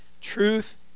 Truth